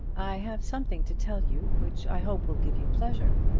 i have something to tell you which i hope will give you pleasure.